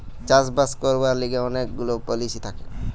চাষ বাস করবার লিগে অনেক গুলা পলিসি থাকে